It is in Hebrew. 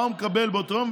מה הוא מקבל באותו יום,